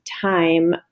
time